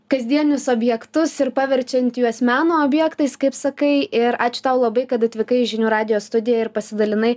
kasdienius objektus ir paverčiant juos meno objektais kaip sakai ir ačiū tau labai kad atvykai į žinių radijo studiją ir pasidalinai